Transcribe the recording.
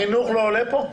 החינוך לא עולה פה?